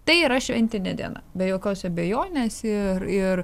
tai yra šventinė diena be jokios abejonės ir ir